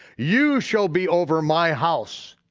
you shall be over my house,